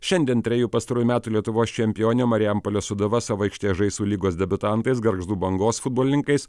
šiandien trejų pastarųjų metų lietuvos čempionė marijampolės sūduva savo aikštėje žais su lygos debiutantais gargždų bangos futbolininkais